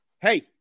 hey